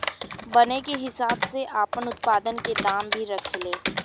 बने के हिसाब से आपन उत्पाद के दाम भी रखे ले